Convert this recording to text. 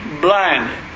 blinded